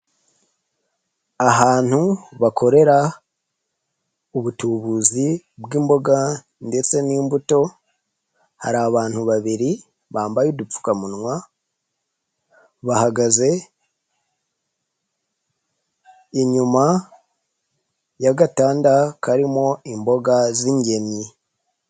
Ahantu bakorera ubutubuzi bw'imboga ndetse n'imbuto, hari abantu babiri bambaye udupfukamunwa, bahagaze inyuma y'agatanda karimo imboga z'ingemwe.